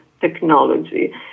technology